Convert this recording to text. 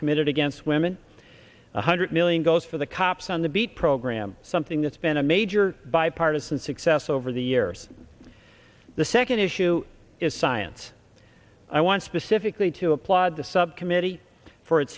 committed against women one hundred million goes for the cops on the beat program something that's been a major bipartisan success over the years the second issue is science i want specifically to applaud the subcommittee for it